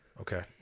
Okay